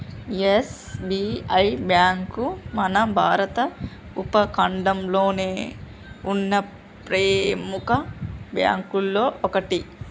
SBI bank మన భారత ఉపఖండంలోనే ఉన్న ప్రెముఖ బ్యేంకుల్లో ఒకటి